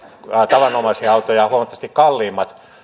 tavanomaisia autoja huomattavasti kalliimmat